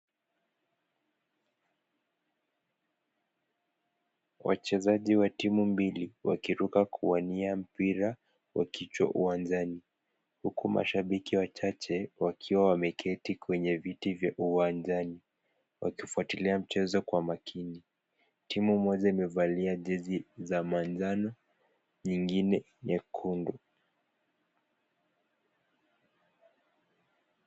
Wachezaji wa timu mbili, wakiruka kuwania mpira wa kichwa uwanjani, huku mashabiki wachache wakiwa wameketi kwenye viti vya uwanjani wakifuatilia mchezo kwa umakini. Timu moja imevalia jezi za manjano, nyingine nyekundu.